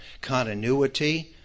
continuity